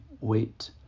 wait